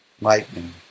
Lightning